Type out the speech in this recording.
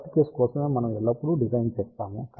worst case కోసమే మనము ఎల్లప్పుడూ డిజైన్ చేస్తాము